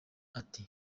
ati